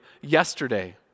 yesterday